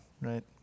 right